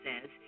says